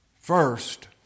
First